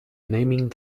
naming